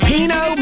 Pino